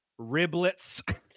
riblets